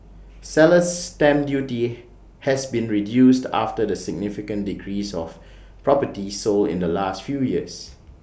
seller's stamp duty has been reduced after the significant decrease of properties sold in the last few years